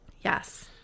Yes